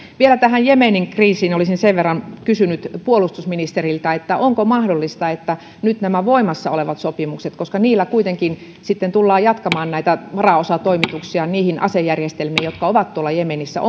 vielä tästä jemenin kriisistä olisin kysynyt puolustusministeriltä onko mahdollista nyt näihin voimassa oleviin sopimuksiin koska niillä kuitenkin sitten tullaan jatkamaan varaosatoimituksia niihin asejärjestelmiin jotka ovat tuolla jemenissä